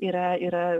yra yra